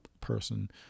person